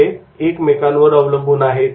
ते एकमेकांवर अवलंबून आहेत